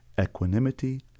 equanimity